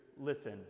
Listen